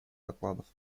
докладов